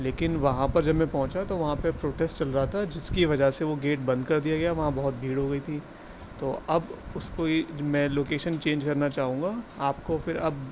لیکن وہاں پر جب میں پہنچا تو وہاں پہ پروٹیسٹ چل رہا تھا جس کی وجہ سے وہ گیٹ بند کر دیا گیا وہاں بہت بھیڑ ہو گئی تھی تو اب اس کو یہ میں لوکیشن چینج کرنا چاہوں گا آپ کو پھر اب